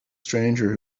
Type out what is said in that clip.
stranger